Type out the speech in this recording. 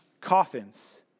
coffins